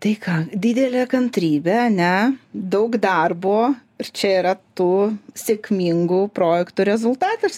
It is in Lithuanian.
tai ką didelė kantrybė ane daug darbo ir čia yra tų sėkmingų projektų rezultatas